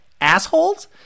assholes